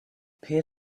peer